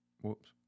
Whoops